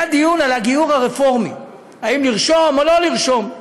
היה דיון על הגיור הרפורמי, אם לרשום או לא לרשום.